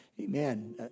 amen